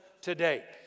today